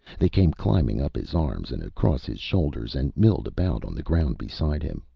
they came climbing up his arms and across his shoulders and milled about on the ground beside him,